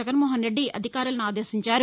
జగన్ మోహన్ రెడ్లి అధికారులను ఆదేశించారు